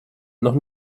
noch